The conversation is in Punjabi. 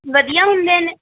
ਵਧੀਆ ਹੁੰਦੇ ਨੇ